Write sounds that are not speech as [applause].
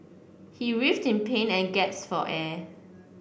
he writhes in pain and [unintelligible] for air